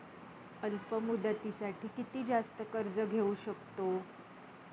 अल्प मुदतीसाठी किती जास्त कर्ज घेऊ शकतो?